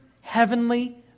heavenly